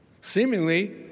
seemingly